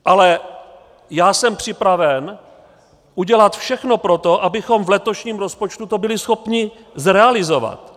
Ale já jsem připraven udělat všechno pro to, abychom to v letošním rozpočtu byli schopni zrealizovat.